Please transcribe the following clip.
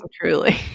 truly